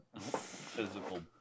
physical